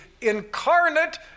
incarnate